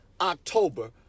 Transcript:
October